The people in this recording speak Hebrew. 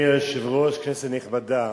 אדוני היושב-ראש, כנסת נכבדה,